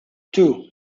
two